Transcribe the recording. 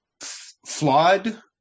flawed